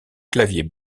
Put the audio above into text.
clavier